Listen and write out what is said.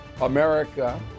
America